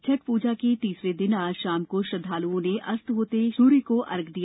छठ पूजा के तीसरे दिन आज शाम को श्रद्वालुओं ने अस्त होते सूर्य को अर्घ्य दिया